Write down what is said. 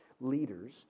leaders